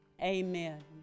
Amen